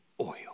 oil